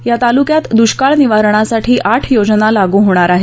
या तालुक्यात दुष्काळ निवारणासाठी आठ योजना लागू होणार आहेत